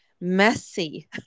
messy